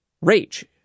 rage